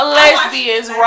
lesbians